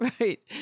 right